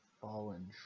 fallen